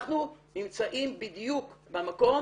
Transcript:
אנחנו נמצאים בדיוק במקום